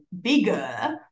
bigger